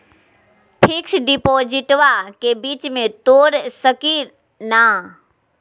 Fix डिपोजिटबा के बीच में तोड़ सकी ना?